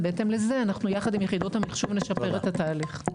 ובהתאם לזה אנחנו יחד עם יחידות המחשוב נשפר את התהליך,